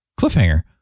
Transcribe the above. cliffhanger